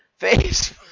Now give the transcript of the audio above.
Facebook